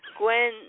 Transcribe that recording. Gwen